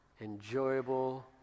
enjoyable